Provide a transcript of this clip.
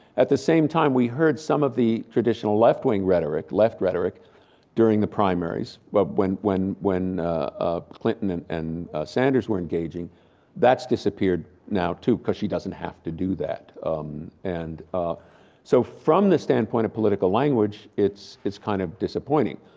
at the same time, we heard some of the traditional left-wing rhetoric, left rhetoric during the primaries, but when when ah clinton and and sanders were engaging that's disappeared now too, because she doesn't have to do that um and so from the standpoint of political language, it's it's kind of disappointing.